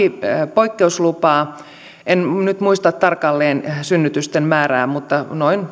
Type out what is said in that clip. poikkeuslupaa en nyt muista tarkalleen synnytysten määrää mutta noin